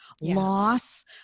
loss